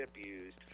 abused